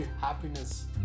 happiness